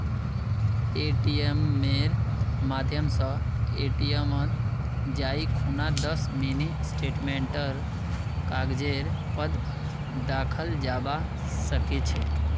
एटीएमेर माध्यम स एटीएमत जाई खूना दस मिनी स्टेटमेंटेर कागजेर पर दखाल जाबा सके छे